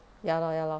ya lor ya lor